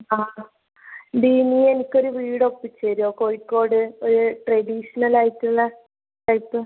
ആ എടീ നീ എനിക്കൊരു വീട് ഒപ്പിച്ച് തരുവോ കോഴിക്കോട് ഒരു ട്രഡീഷണൽ ആയിട്ടുള്ള ടൈപ്പ്